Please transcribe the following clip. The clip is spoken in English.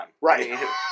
Right